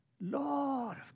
Lord